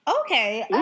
Okay